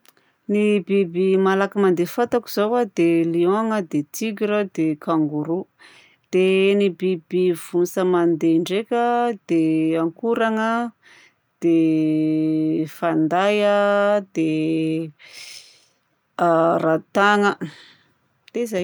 Ny biby malaky mandeha fantako izao a dia: liogna a, dia tigre a, dia kangoroa. Dia ny biby votsa mandeha ndraika a dia: ankorana a, dia fanday, dia ratagna. Dia izay!